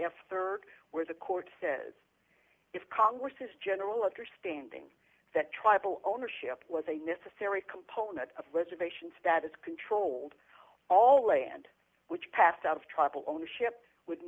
dollars rd where the court says if congress is general understanding that tribal ownership was a necessary component of reservations that is controlled all land which passed out of trouble ownership would